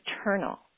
eternal